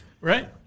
right